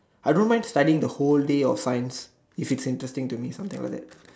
I don't mind studying the whole day of science if it's interesting to me or something like that